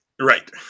Right